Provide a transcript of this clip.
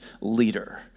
leader